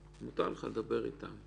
מותר לך לדבר איתם.